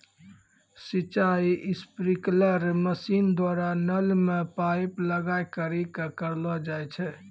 सिंचाई sprinkler machine द्वारा नल मे पाइप लगाय करि क करलो जाय छै